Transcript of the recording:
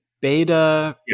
beta